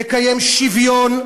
תקיים שוויון"